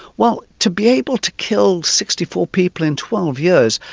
well to be able to kill sixty four people in twelve years,